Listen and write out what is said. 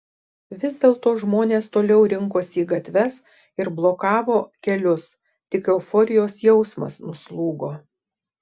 vis dėlto žmonės toliau rinkosi į gatves ir blokavo kelius tik euforijos jausmas nuslūgo